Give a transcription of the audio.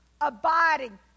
abiding